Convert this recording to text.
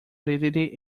aridity